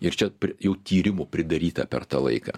ir čia prie jau tyrimų pridaryta per tą laiką